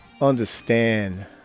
understand